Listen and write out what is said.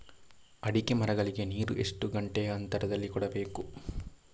ಅಡಿಕೆ ಮರಗಳಿಗೆ ನೀರು ಎಷ್ಟು ಗಂಟೆಯ ಅಂತರದಲಿ ಕೊಡಬೇಕು?